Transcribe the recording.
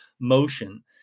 motion